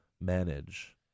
manage